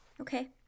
Okay